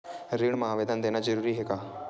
ऋण मा आवेदन देना जरूरी हे?